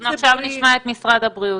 אנחנו עכשיו נשמע את משרד הבריאות.